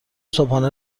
صبحانه